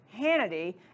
Hannity